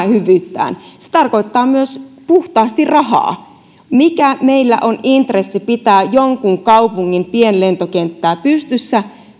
hyvyyttään toimimista se tarkoittaa myös puhtaasti rahaa mikä intressi meillä on pitää jonkun kaupungin pienlentokenttää pystyssä